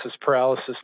paralysis